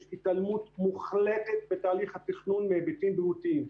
יש התעלמות מוחלטת בתהליך התכנון מהיבטם בריאותיים.